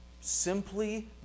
Simply